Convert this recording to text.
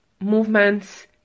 movements